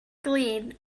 glin